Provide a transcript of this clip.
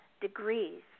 degrees